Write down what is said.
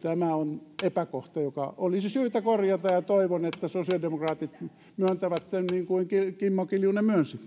tämä on epäkohta joka olisi syytä korjata ja toivon että sosiaalidemokraatit myöntävät sen niin kuin kimmo kiljunen myönsi